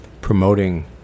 promoting